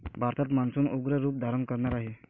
भारतात मान्सून उग्र रूप धारण करणार आहे